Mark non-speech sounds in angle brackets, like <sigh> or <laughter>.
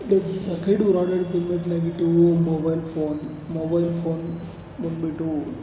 ನನ್ನ second product ಬಂದ್ಬಿಟ್ಟು <unintelligible> mobile phone mobile phone ಬಂದ್ಬಿಟ್ಟು